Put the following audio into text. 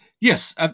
Yes